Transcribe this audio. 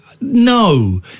no